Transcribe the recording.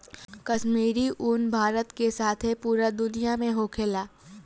काश्मीरी उन भारत के साथे पूरा दुनिया में होखेला